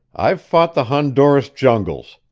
i've fought the honduras jungles!